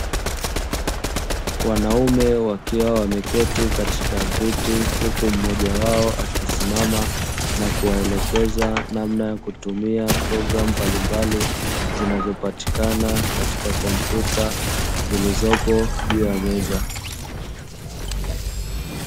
Wanaume wakiwa wameketi katika viti huku mmoja wao akisimama na kuwaelekeza namna ya kutumia programu mbalimbali zinazopatikana katika kompyuta zilizopo juu ya meza.